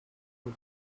him